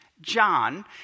John